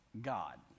God